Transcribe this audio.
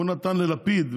הוא נתן ללפיד,